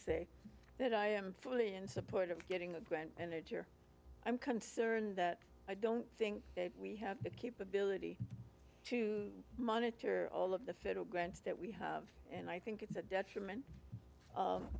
say that i am fully in support of getting a grant and i'm concerned that i don't think we have the capability to monitor all of the federal grants that we have and i think it's a detriment